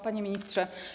Panie Ministrze!